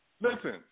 Listen